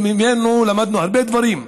ממנו למדנו הרבה דברים,